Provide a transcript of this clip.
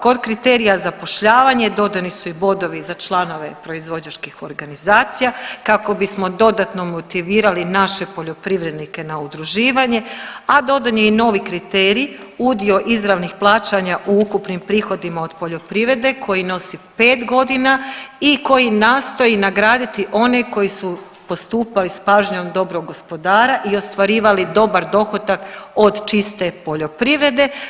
Kod kriterija zapošljavanje dodani su i bodovi za članove proizvođačkih organizacija kako bismo dodatno motivirali naše poljoprivrednike na udruživanje, a dodan je i novi kriterij udio izravnih plaćanja u ukupnim prihodima od poljoprivrede koji nosi 5 godina i koji nastoji nagraditi one koji su postupali sa pažnjom dobrog gospodara i ostvarivali dobar dohodak od čiste poljoprivrede.